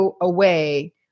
away